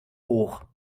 hoch